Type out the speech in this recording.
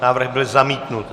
Návrh byl zamítnut.